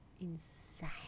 insane